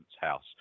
house